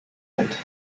wald